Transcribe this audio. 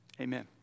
amen